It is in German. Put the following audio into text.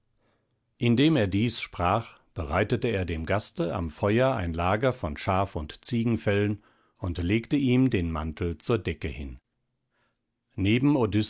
indem er dies sprach bereitete er dem gaste am feuer ein lager von schaf und ziegenfellen und legte ihm den mantel zur decke hin neben